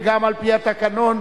וגם על-פי התקנון,